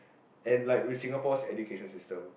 and like with Singapore's education system